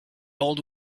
old